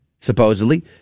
supposedly